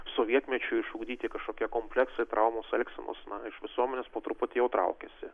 sovietmečiu išugdyti kažkokie kompleksai traumos elgsenos na iš visuomenės po truputį traukiasi